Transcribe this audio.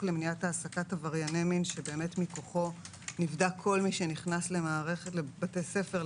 למניעת העסקת עברייני מין שמכוחו נבדק כל מי שנכנס למערכת לבתי ספר,